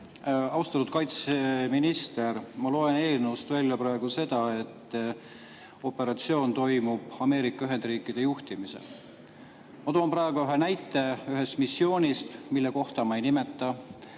austatud kaitseminister! Ma loen eelnõust välja seda, et operatsioon toimub Ameerika Ühendriikide juhtimisel. Ma toon praegu ühe näite ühest missioonist, mille kohta ma ei nimeta.